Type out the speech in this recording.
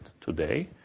today